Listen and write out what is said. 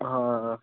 हां